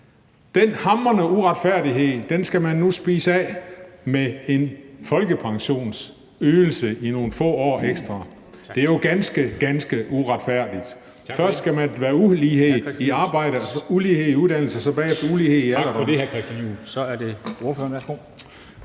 den hamrende uretfærdighed, skal nu spises af med en folkepensionsydelse i nogle få år ekstra. Det er jo ganske, ganske uretfærdigt. Først skal man have ulighed i arbejde efter ulighed i uddannelse og så bagefter ulighed i alderdommen.